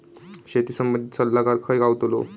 शेती संबंधित सल्लागार खय गावतलो?